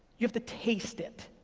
you have to taste it.